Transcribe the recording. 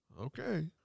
Okay